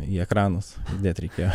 į ekranus įdėt reikėjo